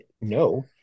No